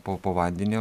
po po vandeniu